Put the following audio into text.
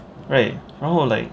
right more like